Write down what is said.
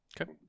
okay